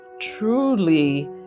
truly